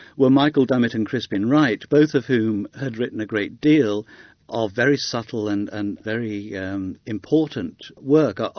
were michael dummett and crispin wright, both of whom had written a great deal of very subtle and and very yeah um important work, ah